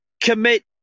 commit